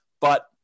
but-